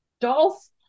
Dolph